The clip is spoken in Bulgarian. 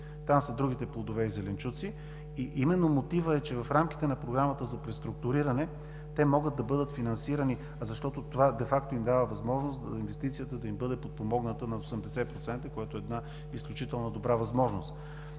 Там са другите плодове и зеленчуци. Мотивът е, че в рамките на Програмата за преструктуриране те могат да бъдат финансирани, защото това де факто им дава възможност инвестицията да бъде подпомогната на 80%, което е една изключително добра възможност.